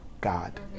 God